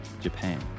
Japan